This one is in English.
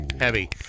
Heavy